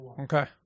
okay